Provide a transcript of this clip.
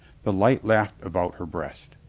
the light laughed about her breast.